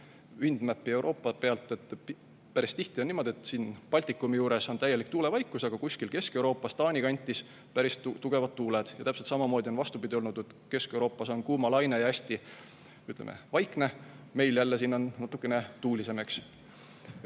Wind Map for Europe'i pealt. Päris tihti on niimoodi, et siin Baltikumi juures on täielik tuulevaikus, aga kuskil Kesk-Euroopas Taani kandis päris tugevad tuuled. Ja täpselt samamoodi on vastupidi olnud, et Kesk-Euroopas on kuumalaine ja hästi vaikne, meil jälle siin on natukene tuulisem.